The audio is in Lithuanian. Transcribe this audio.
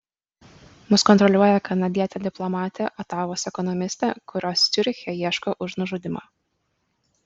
mus kontroliuoja kanadietė diplomatė otavos ekonomistė kurios ciuriche ieško už nužudymą